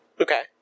Okay